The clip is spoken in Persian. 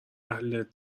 اهل